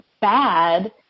bad